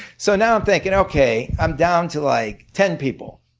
so now i'm thinking okay, i'm down to like ten people.